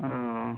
ও